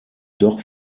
doch